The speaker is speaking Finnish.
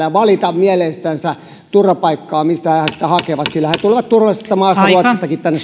ja valita mieleistänsä turvapaikkaa ja sitä mistä he sitä hakevat sillä he tulevat turvallisesta maasta ruotsistakin tänne